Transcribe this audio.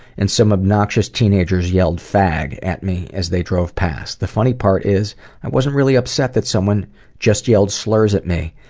and some obnoxious teenagers yelled, fag! at me as they drove past. the funny thing is i wasn't really upset that someone just yelled slurs at me.